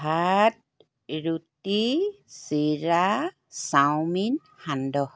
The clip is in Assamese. ভাত ৰুটি চিৰা চাওমিন সান্দহ